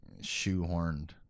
shoehorned